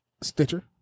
Stitcher